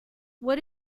what